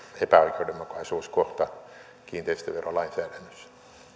epäoikeudenmukaisuuskohta kiinteistöverolainsäädännössä